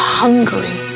hungry